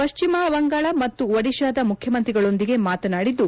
ಪಶ್ಚಿಮ ಬಂಗಾಳ ಮತ್ತು ಒಡಿತಾದ ಮುಖ್ಚಮಂತ್ರಿಗಳೊಂದಿಗೆ ಮಾತನಾಡಿದ್ದು